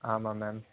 ஆமாம் மேம்